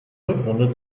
rückrunde